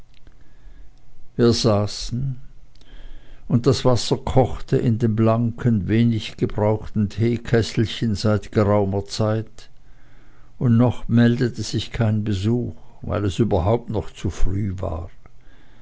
wir saßen und das wasser kochte in dem blanken wenig gebrauchten teekesselchen seit geraumer zeit und noch meldete sich kein besuch weil es überhaupt noch zu früh war